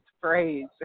phrase